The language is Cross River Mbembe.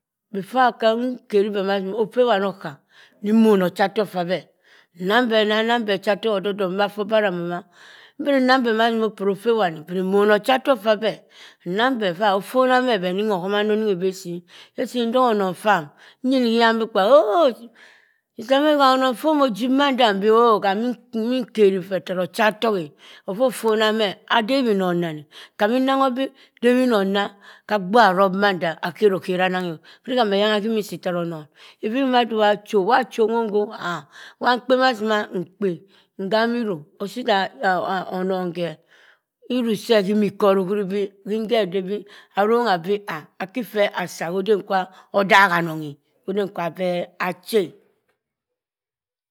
. Before nkeribeh ma si ma obhe wani okha, nwona ochatok ffabeh. Nnang be ochatok ffabeh nnangbeh iffa ofona meh ohomana oninghi beh osii. Hesii ntogho onon fam nyinihiyan bikpa oh sister meh onon-fo omoh jib manda mbii oh ham iminkeri feh tara ochatok e. offa ofona meh, adeb inon ranni tabinnangho bii debhinon naa kha agbuha aropmanda akherokhera ananghim ohuri ham eyangha himinsi tara onon. evin made iwacho, wa cho waa nkhong ah, waa mkpeh ma sii ma mkpe irru osi daa onon khe irru seh himi korr ohuribi simi khe odebi arongha bii ah aki ffeh saa hodem kwo odagha anonghe. oning kwa beh achi e.